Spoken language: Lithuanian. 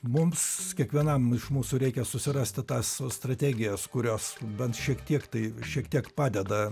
mums kiekvienam iš mūsų reikia susirasti tas strategijas kurios bent šiek tiek tai šiek tiek padeda